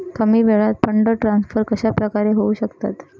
कमी वेळात fund transfer कशाप्रकारे होऊ शकतात?